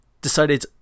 decided